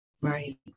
Right